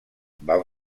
van